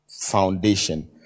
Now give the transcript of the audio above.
foundation